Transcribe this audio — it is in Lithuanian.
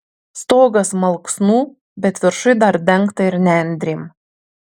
stogas malksnų bet viršuj dar dengta ir nendrėm